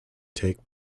take